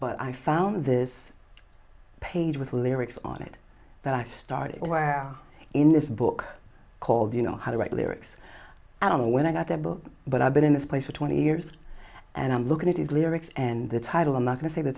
but i found this page with lyrics on it that i started in this book called you know how to write lyrics i don't know when i got the book but i've been in this place for twenty years and i'm looking at the lyrics and the title i'm not going to say the